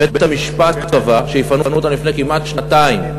בית-המשפט קבע שיפנו אותה לפני שנתיים כמעט,